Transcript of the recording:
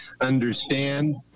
understand